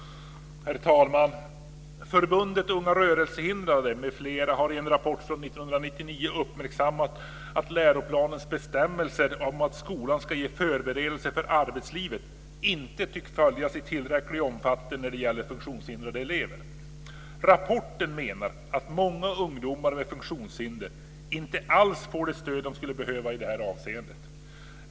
Herr talman! Förbundet Unga rörelsehindrade m.fl. har i en rapport från 1999 uppmärksammat att läroplanens bestämmelser om att skolan ska ge förberedelser för arbetslivet inte tycks följas i tillräcklig omfattning när det gäller funktionshindrade elever. I rapporten menar man att många ungdomar med funktionshinder inte alls får det stöd de skulle behöva i detta avseende.